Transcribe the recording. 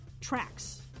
tracks